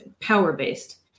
power-based